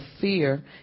fear